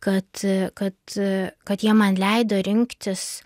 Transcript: kad kad kad jie man leido rinktis